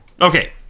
Okay